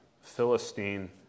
Philistine